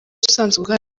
usanzwe